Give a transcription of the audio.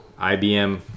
IBM